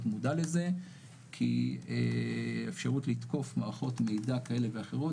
מודע לזה כי האפשרות לתקוף מערכות מידע כאלה ואחרות,